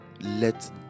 let